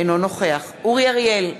אינו נוכח אורי אריאל,